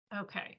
Okay